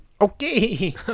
Okay